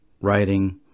writing